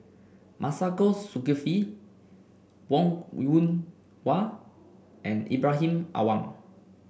Masagos Zulkifli Wong Yoon Wah and Ibrahim Awang